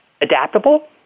adaptable